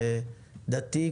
ודתי,